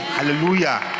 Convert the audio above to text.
Hallelujah